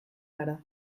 gara